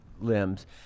limbs